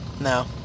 No